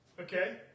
Okay